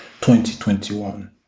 2021